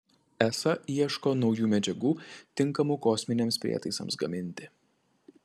esa ieško naujų medžiagų tinkamų kosminiams prietaisams gaminti